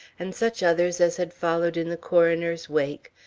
and such others as had followed in the coroner's wake,